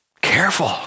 Careful